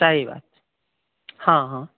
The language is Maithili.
सही बात हँ हँ